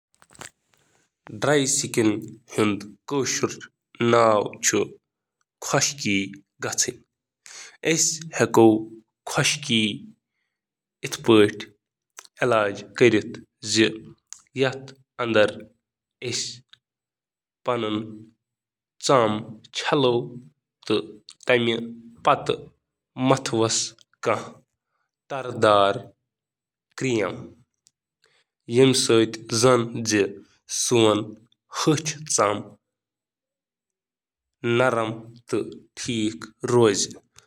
خۄشٕک مٕسلہٕ ہُنٛد خیال تھاونہٕ خٲطرٕ ہیٚکِو تُہۍ یِم ٹِپ آزماوِتھ: نم کٔرِو، نرم صفٲیی کرن وٲلۍ استعمال کٔرِو، لۄکٕٹۍ غسل یا شاور کٔرِو، پنُن مٕسلہٕ آفتابس نِش بچاو، سیٚٹھا آب تہٕ باقٕے چیٚو۔